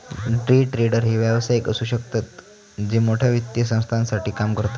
day trader हे व्यावसायिक असु शकतत जे मोठ्या वित्तीय संस्थांसाठी काम करतत